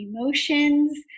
emotions